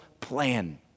plan